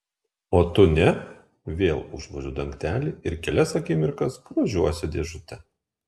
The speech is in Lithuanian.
o tu ne vėl užvožiu dangtelį ir kelias akimirkas grožiuosi dėžute